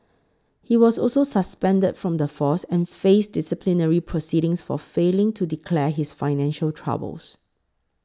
he was also suspended from the force and faced disciplinary proceedings for failing to declare his financial troubles